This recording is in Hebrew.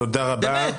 באמת.